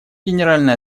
генеральная